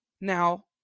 Now